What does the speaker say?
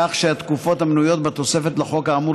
כך שהתקופות המנויות בתוספת לחוק האמור